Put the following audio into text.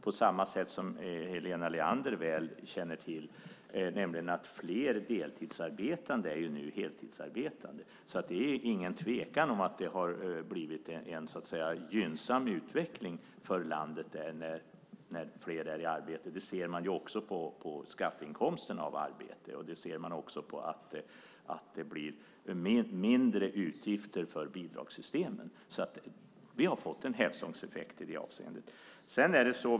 På samma sätt är, som Helena Leander väl känner till, fler deltidsarbetande nu heltidsarbetande. Det är ingen tvekan om att det har blivit en gynnsam utveckling för landet när fler är i arbete. Det ser man också på skatteinkomsterna av arbete och på att det blir mindre utgifter för bidragssystemen. Vi har fått en hävstångseffekt i det avseendet.